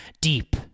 Deep